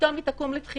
ופתאום היא תקום לתחייה.